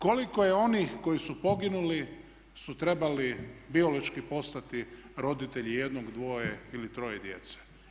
Koliko je onih koji su poginuli koji su trebali biološki postati roditelji jednog, dvoje ili troje djece?